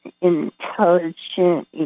intelligent